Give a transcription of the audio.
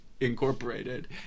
Incorporated